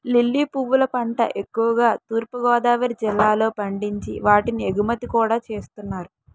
lily పువ్వుల పంట ఎక్కువుగా తూర్పు గోదావరి జిల్లాలో పండించి వాటిని ఎగుమతి కూడా చేస్తున్నారు